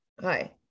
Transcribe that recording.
hi